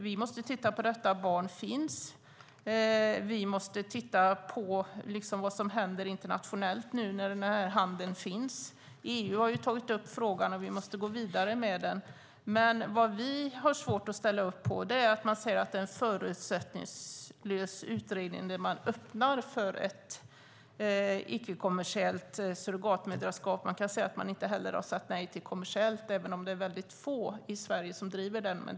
Vi måste titta på detta att barn finns. Vi måste titta på vad som händer internationellt nu när handeln finns. EU har tagit upp frågan, och vi måste gå vidare med den. Men det vi har svårt att ställa upp på är att man säger att det är en förutsättningslös utredning när man öppnar för ett icke-kommersiellt surrogatmoderskap. Man kan ju säga att man inte heller har sagt nej till ett kommersiellt sådant, även om det är få i Sverige som driver den linjen.